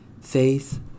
Faith